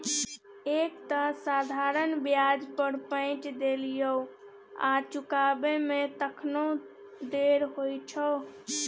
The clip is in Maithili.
एक तँ साधारण ब्याज पर पैंच देलियौ आ चुकाबै मे तखनो देर होइ छौ